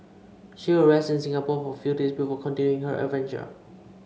she will rest in Singapore for a few days before continuing her adventure